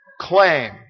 claim